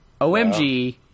OMG